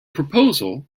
proposal